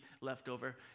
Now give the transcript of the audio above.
leftover